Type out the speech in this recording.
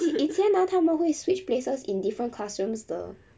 以前以前啊他们会 switched places in different classrooms 的